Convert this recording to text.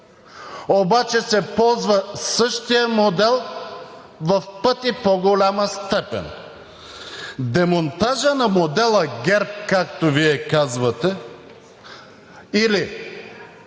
обаче се ползва същият модел в пъти по-голяма степен. Демонтажът на модела „ГЕРБ“, както Вие казвате, или